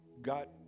got